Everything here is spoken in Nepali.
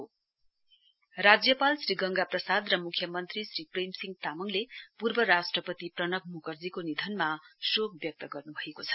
कन्डोलेन्स राज्यपाल श्री गंगा प्रसाद र मुख्यमन्त्री श्री प्रेमसिंह तामाङले पूर्व राष्ट्रपति प्रणव मुखर्जीको निधनमा शोक व्यक्त गर्न् भएको छ